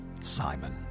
Simon